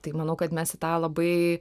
tai manau kad mes į tą labai